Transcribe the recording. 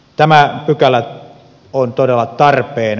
tämä pykälä on todella tarpeen